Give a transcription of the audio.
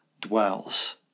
dwells